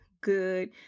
good